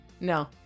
No